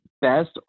best